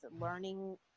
learning